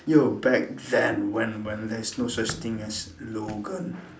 yo back then when when there is no such thing as logan